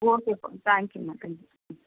ஓகேப்பா thank you ma'am thank you ம்